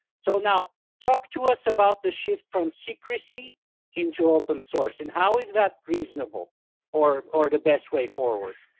so, now talk to us about the shift from secrecy into open source and how is that reasonable or or the best way forward?